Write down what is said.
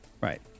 right